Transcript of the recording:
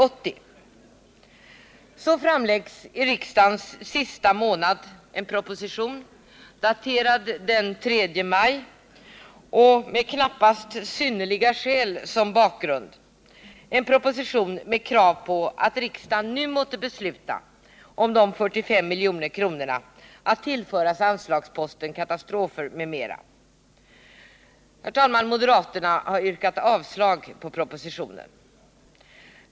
Därefter framläggs — ”synnerliga skäl” föreligger knappast — i riksdagens sista månad en proposition, daterad den 3 maj, med krav på att riksdagen nu måtte besluta att 45 milj.kr. tillförs anslagsposten Katastrofer m.m. Herr talman! Moderaterna har yrkat avslag på propositionen.